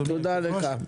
אדוני היושב-ראש,